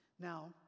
Now